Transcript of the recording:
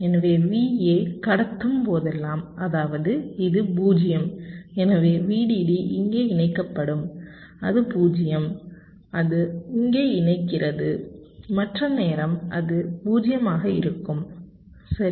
எனவே VA கடத்தும் போதெல்லாம் அதாவது இது 0 எனவே VDD இங்கே இணைக்கப்படும் அது 0 அது இங்கே இணைக்கிறது மற்ற நேரம் அது 0 ஆக இருக்கும் சரி